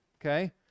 okay